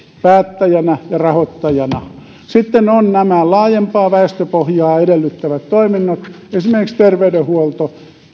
päättäjänä ja rahoittajana sitten ovat nämä laajempaa väestöpohjaa edellyttävät toiminnot esimerkiksi terveydenhuolto